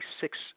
six